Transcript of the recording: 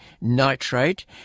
nitrate